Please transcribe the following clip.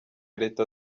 leta